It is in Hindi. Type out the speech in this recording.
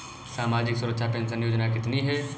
सामाजिक सुरक्षा पेंशन योजना कितनी हैं?